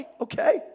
okay